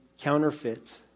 counterfeit